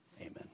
Amen